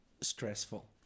stressful